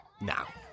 Now